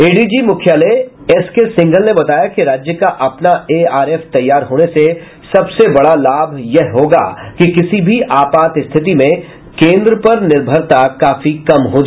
ADG मुख्यालय एसकेसिंघल ने बताया कि राज्य का अपना एआरएफ तैयार होने से सबसे बड़ा लाभ यह होगा कि किसी भी आपात स्थिति में केन्द्र पर निर्भरता काफी कम हो जायेगी